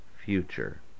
future